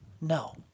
No